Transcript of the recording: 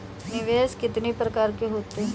निवेश कितनी प्रकार के होते हैं?